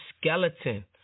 skeleton